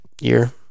year